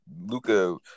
Luca